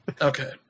Okay